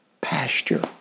pasture